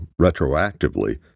retroactively